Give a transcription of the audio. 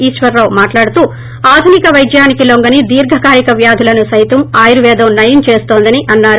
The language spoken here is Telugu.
ఈశ్వరరావు మాట్లాడుతూ ఆధునిక వైద్యానికి లొంగని దీర్ఘకాలిక వ్యాధులను సైతం ఆయుర్వేదం నయం చేస్తోందని చెప్పారు